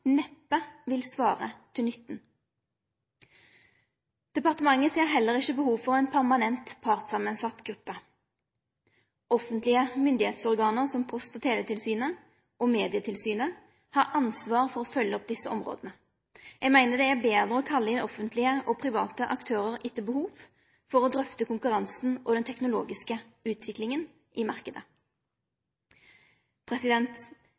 neppe vil svare til nytten. Departementet ser heller ikkje behov for ei permanent partssamansett gruppe. Offentlege myndigheitsorgan som Post- og teletilsynet og Medietilsynet har ansvar for å følgje opp desse områda. Eg meiner det er betre å kalle inn offentlege og private aktørar etter behov, for å drøfte konkurransen og den teknologiske utviklinga i